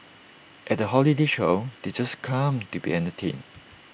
at the holiday show they just come to be entertained